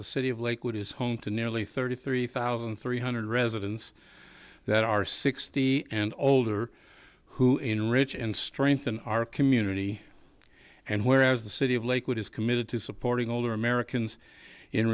the city of lakewood is home to nearly thirty three thousand three hundred residents that are sixty and older who enrich and strengthen our community and whereas the city of lakewood is committed to supporting older americans in